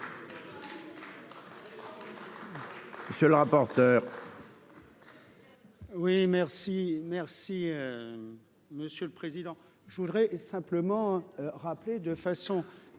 monsieur le rapporteur,